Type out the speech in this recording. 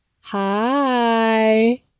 Hi